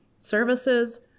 services